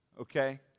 Okay